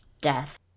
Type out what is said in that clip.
death